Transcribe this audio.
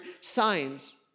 signs